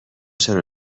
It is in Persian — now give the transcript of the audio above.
چرا